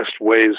ways